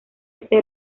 este